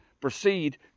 proceed